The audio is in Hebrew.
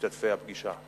משתתפי הפגישה.